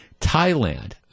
thailand